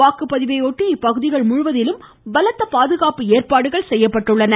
வாக்குப்பதிவையொட்டி இப்பகுதிகள் முழுவதிலும் பலத்த பாதுகாப்பு ஏற்பாடுகள் செய்யப்பட்டுள்ளன